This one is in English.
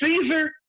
Caesar